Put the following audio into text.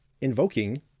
invoking